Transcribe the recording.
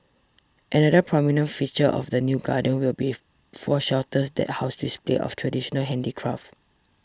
another prominent feature of the new garden will beef four shelters that house displays of traditional handicraft